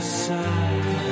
side